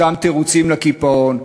אותם תירוצים לקיפאון.